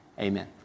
Amen